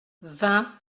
vingt